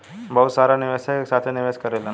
बहुत सारा निवेशक एक साथे निवेश करेलन